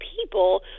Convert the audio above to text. people